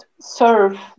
serve